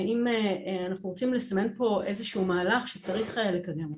ואם אנחנו רוצים לסמן פה איזה שהוא מהלך שצריך לקדם אותו,